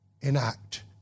enact